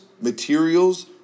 materials